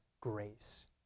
grace